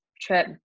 trip